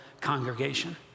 congregation